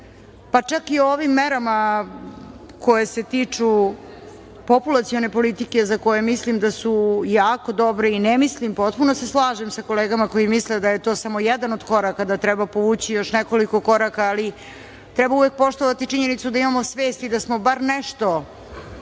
pa čak i o ovim merama koje se tiču populacione politike, za koje mislim da su jako dobre i ne mislim, potpuno se slažem sa kolegama koje misle da je to samo jedan od koraka, da treba povući još nekoliko koraka, ali treba uvek poštovati činjenicu da imamo svest i da smo bar nešto